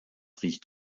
riecht